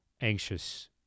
anxious